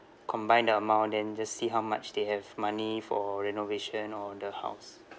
combine the amount then just see how much they have money for renovation on the house